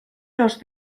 los